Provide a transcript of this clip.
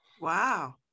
wow